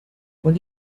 will